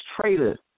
traitor